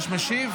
(מחיאות כפיים באולם המליאה.) סליחה, חברים.